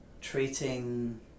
treating